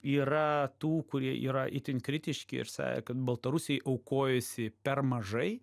yra tų kurie yra itin kritiški sakė kad baltarusiai aukojosi per mažai